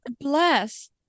Bless